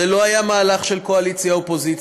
זה לא היה מהלך של קואליציה אופוזיציה,